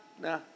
nah